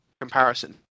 comparison